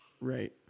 right